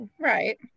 right